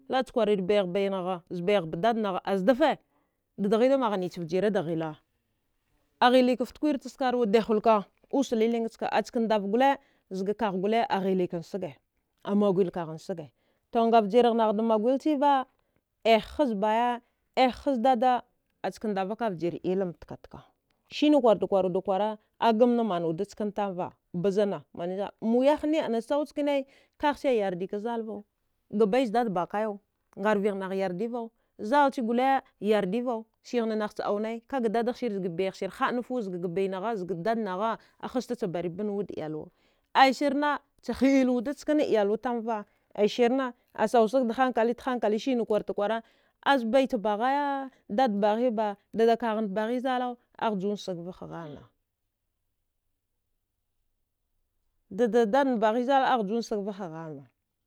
Laəcha kwarari bayaghbainagha zabaiyagh dadnagha azdafa dadghidamagha nichvjira da ghila aghilikaftwirta skarwa dahuilka us liling ska askandav gole zga kaghgole aghilkan ngsage amagwilkaghan saga to ngavjiranghagh da magwilchiva əeh hazbaya əeh hazdad aska ndava kavjir iyalam tkatka sine kwardakwarwud kwara agamna mawuda chkan tamva bazanna maniw zgha muwiyahni ana sau chkanai kaghche yardkazzalvau gabaidad bakayau ngarvigh nagh yardivau zalchi gole yardavau sihna nahcha aune kagadadghsir zgaga bayahsir haənaf wud zgaga bainagha zgaga dadnagha ahastacha barban wud iyalwa aya sirna cha hi il wuda chkana iyalwa tamva aisirna asausag t'hankali t'hankali sirna kwarta kwara azbaicha baghaya aidad baghiba dada kaghan baghi zalau aghjugsagva ha halna dada dadn baghi zala aghjun ngsagvaha ghalna